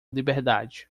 liberdade